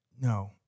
no